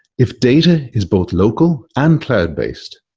if data is both local and cloud-based,